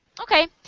Okay